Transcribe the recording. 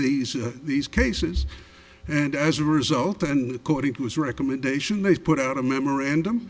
these are these cases and as a result and according to his recommendation they put out a memorandum